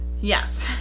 Yes